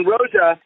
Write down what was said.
Rosa